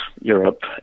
Europe